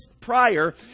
prior